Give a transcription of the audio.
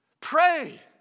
pray